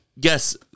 yes